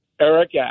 Eric